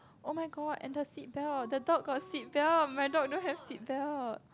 oh-my-god and the seatbelt the dog got seatbelt my dog don't have seatbelt